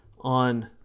on